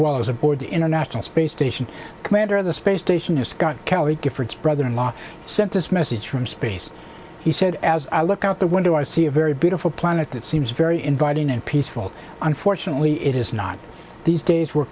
well as aboard the international space station commander of the space station is scott kelly giffords brother in law sent this message from space he said as i look out the window i see a very beautiful planet that seems very inviting and peaceful unfortunately it is not these days we're